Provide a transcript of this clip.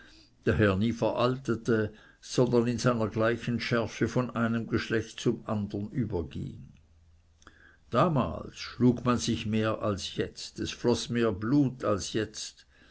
daher nie veraltete sondern in seiner gleichen schärfe von einem geschlecht zum andern überging damals schlug man sich mehr als jetzt es floß mehr blut als jetzt